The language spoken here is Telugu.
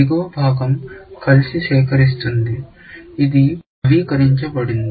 దిగువ భాగం కలిసి సేకరిస్తుంది ఇది నవీకరించబడింది